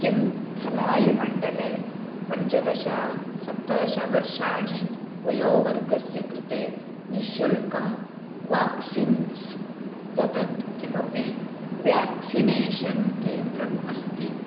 किं धलायिमण्डले पञ्चदश सप्तदशवर्षाणि वयोवर्गस्य कृते निश्शुल्कं वेक्सिन्स् ददत् किमपि वेक्सिनेषन् केन्द्रम् अस्ति